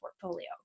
portfolio